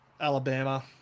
Alabama